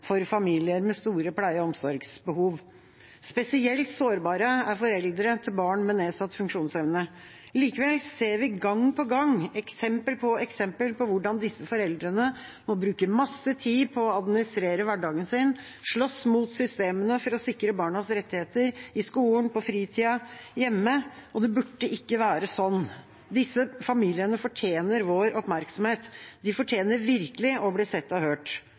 for familier med store pleie- og omsorgsbehov. Spesielt sårbare er foreldre til barn med nedsatt funksjonsevne. Likevel ser vi gang på gang eksempler på hvordan disse foreldrene må bruke masse tid på å administrerer hverdagen sin og slåss mot systemene for å sikre barnas rettigheter i skolen, på fritida og hjemme – og det burde ikke være sånn. Disse familiene fortjener vår oppmerksomhet. De fortjener virkelig å bli sett og hørt.